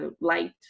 light